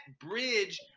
bridge